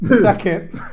Second